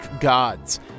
gods